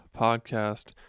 podcast